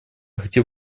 хотел